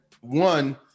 one